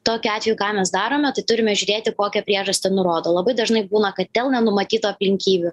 tokiu atveju ką mes darome tai turime žiūrėti kokią priežastį nurodo labai dažnai būna kad dėl nenumatytų aplinkybių